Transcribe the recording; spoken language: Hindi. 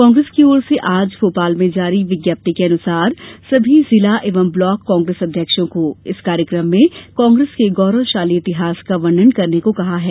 कांग्रेस की ओर से आज भोपाल में जारी विज्ञप्ति के अनुसार सभी जिला एवं ब्लॉक कांग्रेस अध्यक्षों को इस कार्यक्रम में कांग्रेस के गौरवशाली इतिहास का वर्णन करने को कहा है